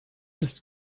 ist